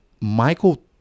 Michael